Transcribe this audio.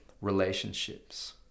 relationships